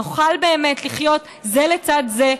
נוכל לחיות זה לצד זה,